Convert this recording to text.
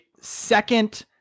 second